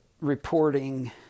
reporting